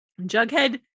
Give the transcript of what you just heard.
Jughead